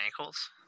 ankles